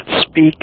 speak